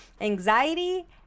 anxiety